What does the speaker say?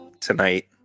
tonight